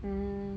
mm